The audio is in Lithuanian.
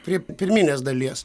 prie pirminės dalies